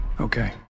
Okay